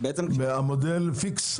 המודל פיקס.